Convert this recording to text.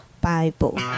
Bible